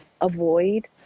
avoid